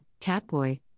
Catboy